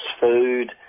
food